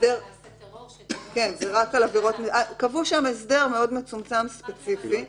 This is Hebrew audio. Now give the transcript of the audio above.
אנחנו טוענים שאין מצב שעד נוסע סתם כי בא